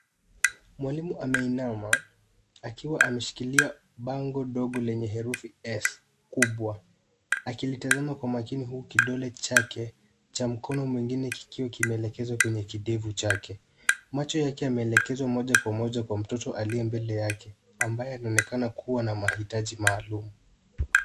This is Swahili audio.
Mwalimu ameinama, akiwa ameshikilia bango dogo lenye herufi S kubwa, akilitazama kwa makini huku kidole chake cha mkono mwingine kikiwa kimeelekezwa kwenye kidevu chake. Macho yake yameelekezwa moja kwa moja kwa mtoto aliye mbele yake, ambaye anaonekana kuwa na mahitaji maalum.